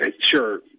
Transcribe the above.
sure